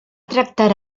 tractar